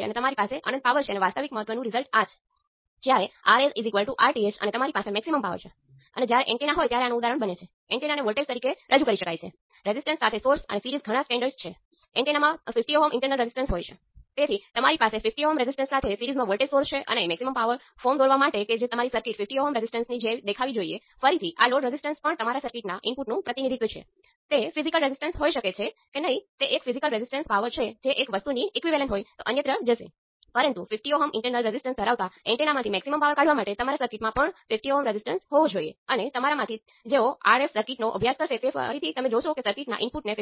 અને આમાંથી આપણને h12 એ પોર્ટ 1 ઓપન સર્કિટ સાથે V2 દ્વારા V1 મળે છે અને આ બીજું કંઈ નથી આને ઇન્વર્સ વોલ્ટેજ ગેઇન કહેવામાં આવે છે તે પોર્ટ 2 થી પોર્ટ 1 સુધી સાથે પોર્ટ 1 ઓપન સર્કિટ સુધીનો વોલ્ટેજ ગેઇન છે અને આપણને I2 એ h22 × V2 મળશે બીજા શબ્દોમાં કહીએ તો h22 એ I2 બાય V2 સાથે I1 ને 0 પર સેટ કરો અથવા પોર્ટ 1 ઓપન સર્કિટ અને I2 એ બીજું કંઇ નથી પરંતુ પોર્ટ 2 માં પોર્ટ 1 સાથે ઓપન સર્કિટ સાથે કંડક્ટન્સ જુએ છે તેથી આ હાઈબ્રિડ